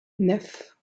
neuf